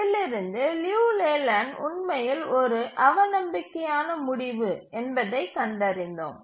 அதிலிருந்து லியு லேலேண்ட் உண்மையில் ஒரு அவநம்பிக்கையான முடிவு என்பதைக் கண்டறிந்தோம்